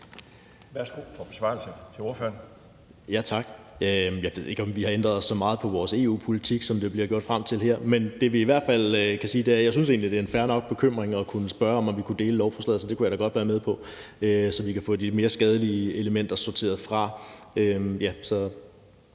Værsgo for besvarelse.